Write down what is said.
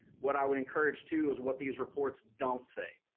what i would encourage too is what these reports don't say.